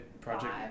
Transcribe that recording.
Project